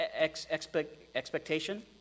expectation